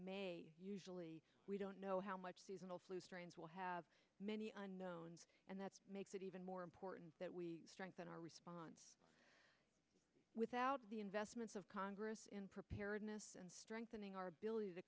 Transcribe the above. until usually we don't know how much seasonal flu strains will have many unknowns and that makes it even more important that we strengthen our response without the investments of congress in preparedness and strengthening our ability to